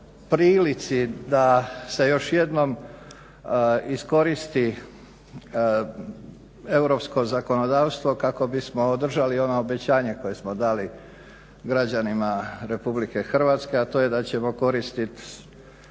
prilici da se još jednom iskoristi europsko zakonodavstvo kako bismo održali ono obećanje koje smo dali građanima Republike Hrvatske, a to je da ćemo koristit